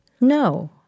No